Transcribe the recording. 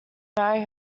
marry